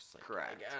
Correct